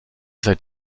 sei